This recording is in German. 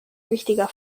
wichtiger